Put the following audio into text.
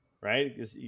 Right